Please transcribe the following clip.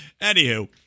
Anywho